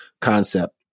concept